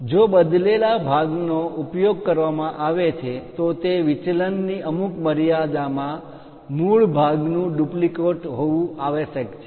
જો બદલેલા રિપ્લેસમેન્ટ ભાગનો ઉપયોગ કરવામાં આવે છે તો તે વિચલનની અમુક મર્યાદામાં મૂળ ભાગની ડુપ્લિકેટ હોવું આવશ્યક છે